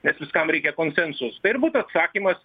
nes viskam reikia konsensus tai ir būtų atsakymas